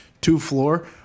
two-floor